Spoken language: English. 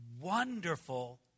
wonderful